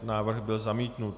Návrh byl zamítnut.